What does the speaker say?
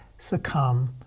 succumb